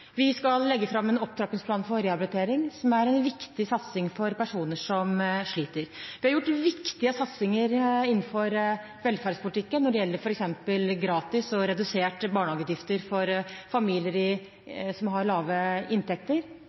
Vi skal legge fram en opptrappingsplan for rehabilitering, som er en viktig satsing for personer som sliter. Det er gjort viktige satsinger innenfor velferdspolitikken når det gjelder f.eks. gratis barnehage eller reduserte barnehageutgifter for familier som har lave inntekter,